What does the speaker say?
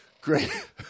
great